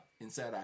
inside